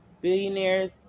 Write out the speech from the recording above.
Billionaires